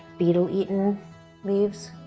beetle eaten leaves,